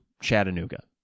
Chattanooga